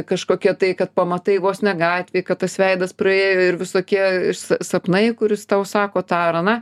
kažkokia tai kad pamatai vos ne gatvėj kad tas veidas praėjo ir visokie sa sapnai kuris tau sako tą ar aną